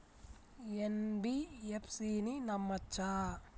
NBFC ని నమ్మచ్చా?